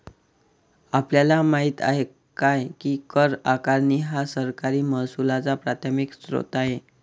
आपल्याला माहित आहे काय की कर आकारणी हा सरकारी महसुलाचा प्राथमिक स्त्रोत आहे